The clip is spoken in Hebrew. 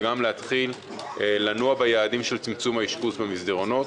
וגם להתחיל לנוע ביעדים של צמצום האשפוז במסדרונות.